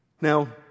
Now